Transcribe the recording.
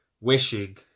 wishing